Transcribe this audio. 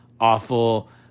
awful